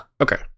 okay